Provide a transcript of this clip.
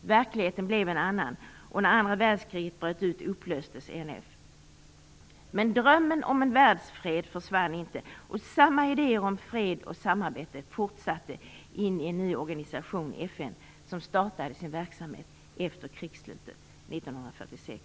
Verkligheten blev en annan. När andra världskriget bröt ut upplöstes NF. Men drömmen om en världsfred försvann inte. Samma idéer om fred och samarbete fortsatte in i en ny organisation - FN - som startade sin verksamhet efter krigsslutet 1946.